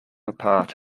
apart